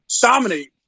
dominate